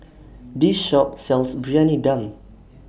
This Shop sells Briyani Dum